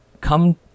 come